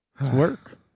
Work